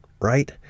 right